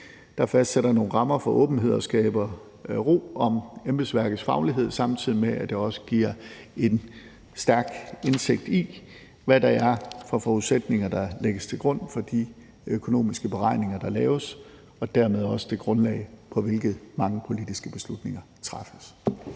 der fastsætter nogle rammer for åbenhed og skaber ro om embedsværkets faglighed, samtidig med at det også giver en dyb indsigt i, hvilke forudsætninger der lægges til grund for de økonomiske beregninger, der laves, og dermed også det grundlag, på hvilke mange politiske beslutninger træffes.